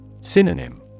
Synonym